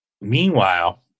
meanwhile